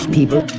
people